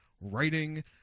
writing